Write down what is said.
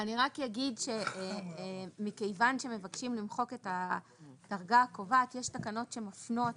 אני רק אגיד שמכיוון שמבקשים למחוק את הדרגה הקובעת יש תקנות שמפנות